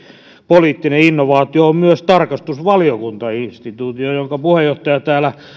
poliittinen innovaatio on myös tarkastusvaliokuntainstituutio jonka puheenjohtaja täällä